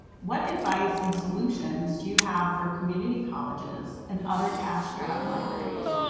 what advice and so exclusions do you have for community colleges and other cash strapped libraries?